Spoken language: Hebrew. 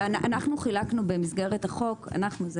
אנחנו המחוקק במשרד האוצר, חילקנו במסגרת החוק את